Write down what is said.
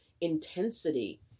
intensity